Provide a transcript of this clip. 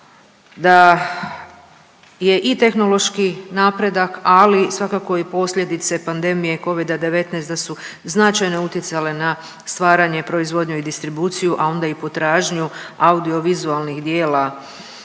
da je i tehnološki napredak, ali svakako i posljedice pandemije Covida-19, da su značajno utjecale na stvaranje, proizvodnju i distribuciju, a onda i potražnju audiovizualnih djela